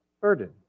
burden